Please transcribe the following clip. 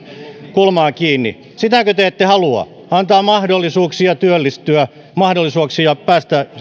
kulmaan kiinni sitäkö te ette halua antaa mahdollisuuksia työllistyä mahdollisuuksia päästä